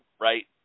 right